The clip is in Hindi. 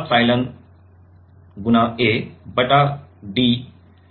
एप्सिलॉन a बटा d है